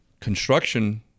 Construction